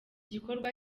gikorwa